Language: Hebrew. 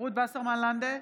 רות וסרמן לנדה,